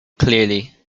clearly